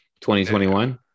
2021